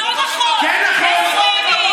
לא נכון.